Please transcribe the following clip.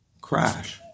crash